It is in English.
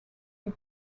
did